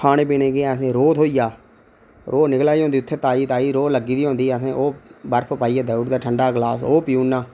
खाने पीने ई अहें रोह् थ्होई जा रोह् निकला दी होंदी उत्थै ताजी ताजी रोह् लग्गी दी होंदी अहें ओह् बर्फ पाइयै देऊड़ दे ठंड़ा गलास ते ओह् पिउड़ ना